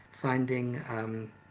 finding